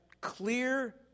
clear